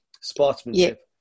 sportsmanship